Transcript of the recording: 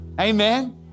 amen